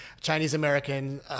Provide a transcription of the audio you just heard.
Chinese-American